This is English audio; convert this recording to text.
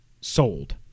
sold